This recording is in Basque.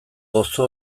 gozo